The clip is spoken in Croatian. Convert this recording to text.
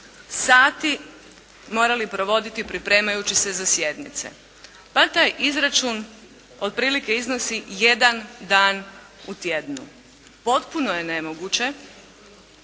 sati, morali provoditi pripremajući se za sjednice, pa taj izračun otprilike iznosi jedan dan u tjednu. Potpuno je nemoguće